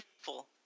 people